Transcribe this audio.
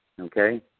okay